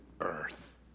earth